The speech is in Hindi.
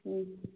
अच्छा